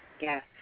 Yes